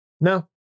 No